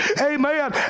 Amen